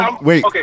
wait